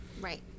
Right